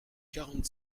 quarante